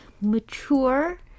mature